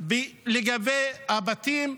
לגבי הבתים.